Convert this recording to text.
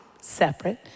separate